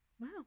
Wow